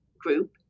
group